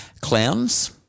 clowns